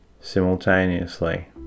Simultaneously